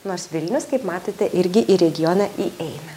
nors vilnius kaip matote irgi į regioną įeina